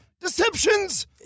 deceptions